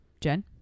Jen